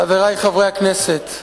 חברי חברי הכנסת,